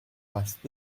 last